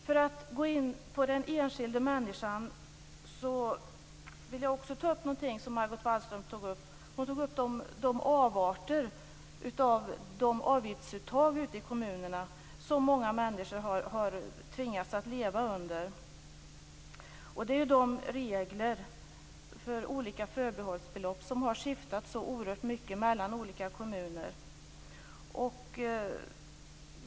För att gå in på den enskilda människan vill jag också ta upp något annat som Margot Wallström tog upp, nämligen de avarter av avgiftsuttag ute i kommunerna som många människor har tvingats att leva med. Reglerna för olika förbehållsbelopp har skiftat oerhört mycket mellan olika kommuner.